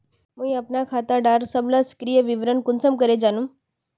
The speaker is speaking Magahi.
मुई अपना खाता डार सबला सक्रिय विवरण कुंसम करे जानुम?